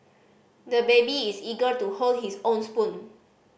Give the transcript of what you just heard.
the baby is eager to hold his own spoon